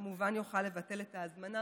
או גבוה,